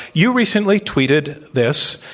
you recently tweeted this,